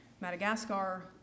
Madagascar